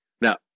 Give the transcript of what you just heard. Now